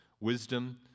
wisdom